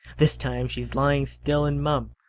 this time she's lying still and mum.